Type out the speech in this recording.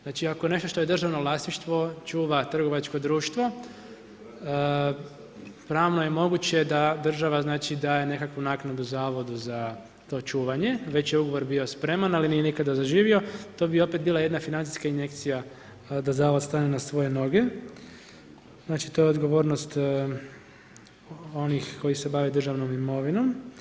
Znači ako nešto što je državno vlasništvo čuva trgovačko društvo, pravno je moguće da država daje nekakva naknadu zavodu za to čuvanje, već je ugovor bio spreman ali nije nikada zaživio, to bi opet bila jedna financijska injekcija da zavod stane na svoje noge, znači to je odgovornost onih koji se bave državnom imovinom.